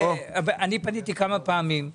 אני פניתי כמה פעמים על